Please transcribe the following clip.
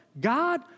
God